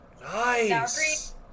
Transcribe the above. Nice